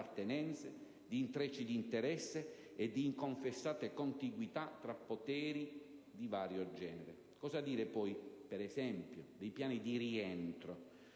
di intrecci d'interesse e di inconfessate contiguità tra poteri di vario genere. Cosa dire poi, per esempio, dei piani di rientro?